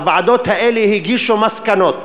הוועדות האלה הגישו מסקנות,